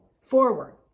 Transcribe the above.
forward